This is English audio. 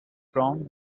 from